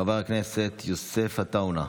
חבר הכנסת יוסף עטאונה,